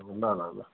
ल ल ल